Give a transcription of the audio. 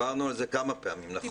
דיברנו על זה כמה פעמים, נכון.